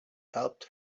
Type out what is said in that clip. helped